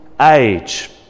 age